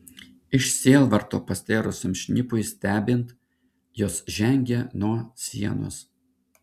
iš sielvarto pastėrusiam šnipui stebint jos žengė nuo sienos